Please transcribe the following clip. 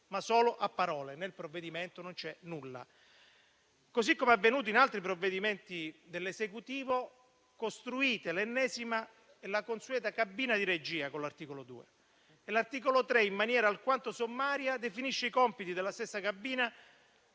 ma solo a parole. Nel provvedimento non c'è nulla. Come avvenuto in altri provvedimenti dell'Esecutivo, costruite l'ennesima, consueta cabina di regia, con l'articolo 2, e l'articolo 3, in maniera alquanto sommaria, ne definisce i compiti, con la possibilità,